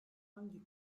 hangi